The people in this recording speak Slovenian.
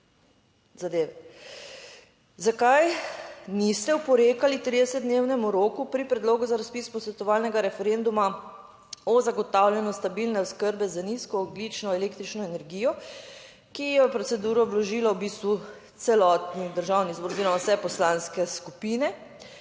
Zakaj niste oporekali 30-dnevnemu roku pri predlogu za razpis posvetovalnega referenduma o zagotavljanju stabilne oskrbe z nizko ogljično električno energijo, ki je v proceduro vložila v bistvu celotni Državni zbor oziroma vse poslanske skupine